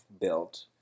built